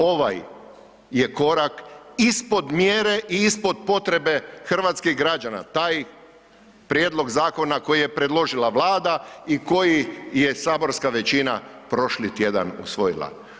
Ovaj je korak ispod mjere i ispod potrebe hrvatskih građana taj prijedlog zakona koji je predložila Vlada i koji je saborska većina prošli tjedan usvojila.